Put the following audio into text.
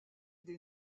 des